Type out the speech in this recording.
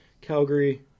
Calgary